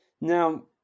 Now